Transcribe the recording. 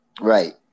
Right